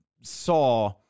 saw